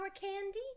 Candy